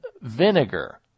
vinegar